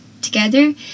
together